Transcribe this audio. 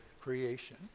creation